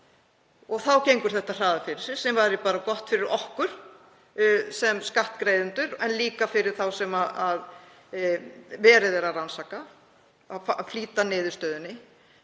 og þá gengur þetta hraðar fyrir sig, sem væri bara gott fyrir okkur sem skattgreiðendur en líka fyrir þá sem verið er að rannsaka, að flýta niðurstöðunni.